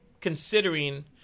considering